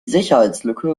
sicherheitslücke